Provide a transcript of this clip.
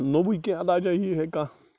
نوٚوُے کیٚنٛہہ علاجاہ یِیہِ ہے کانٛہہ